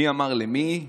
מי אמר למי: